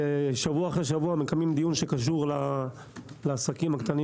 שבוע אחר שבוע מקיימים דיון שקשור לעסקים קטנים